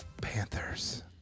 Panthers